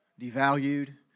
devalued